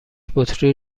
بطری